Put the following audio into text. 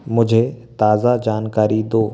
मुझे ताज़ा जानकारी दो